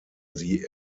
sie